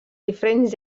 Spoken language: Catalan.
diferents